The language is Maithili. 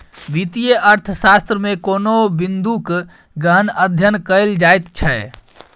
वित्तीय अर्थशास्त्रमे कोनो बिंदूक गहन अध्ययन कएल जाइत छै